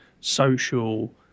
social